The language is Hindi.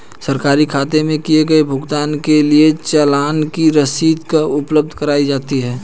सरकारी खाते में किए गए भुगतान के लिए चालान की रसीद कब उपलब्ध कराईं जाती हैं?